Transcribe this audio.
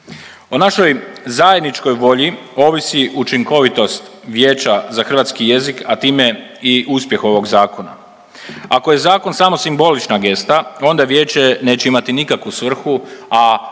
O našoj zajedničkoj volji ovisi učinkovitost Vijeća za hrvatski jezi, a time i uspjeh ovog Zakona. Ako je zakon samo simbolična gesta, onda vijeće neće imati nikakvu svrhu, a